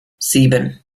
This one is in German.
sieben